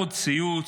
עוד ציוץ,